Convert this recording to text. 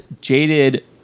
jaded